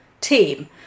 team